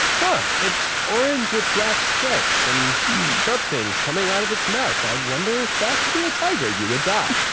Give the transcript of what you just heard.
huh, it's orange with black stripes and sharp things coming out of its mouth, i wonder if that could be a tiger, you would die.